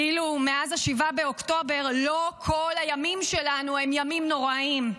כאילו מאז 7 באוקטובר לא כל הימים שלנו הם ימים נוראים.